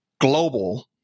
global